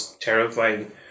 terrifying